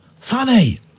funny